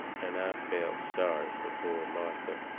and i felt sorry fur poor martha,